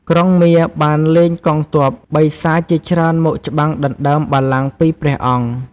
ក្រុងមារបានលែងកងទ័ពបិសាចជាច្រើនមកច្បាំងដណ្តើមបល្ល័ង្គពីព្រះអង្គ។